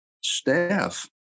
staff